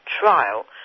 trial